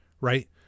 right